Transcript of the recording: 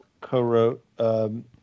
co-wrote